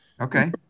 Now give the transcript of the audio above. Okay